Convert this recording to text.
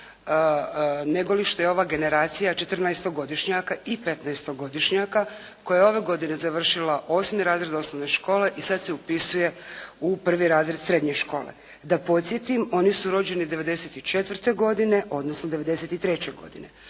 negoli što je ova generacija četrnaestogodišnjaka i petnaestogodišnjaka koja je ove godine završila osmi razred osnovne škole i sad se upisuje u prvi razred srednje škole. Da podsjetim oni su rođeni 1994. godine odnosno 1993. godine.